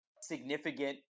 significant